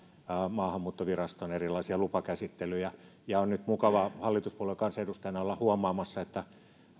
maahanmuuttoviraston erilaisia lupakäsittelyjä ja on nyt mukava hallituspuolueen kansanedustajana olla huomaamassa että